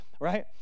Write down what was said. right